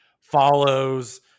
follows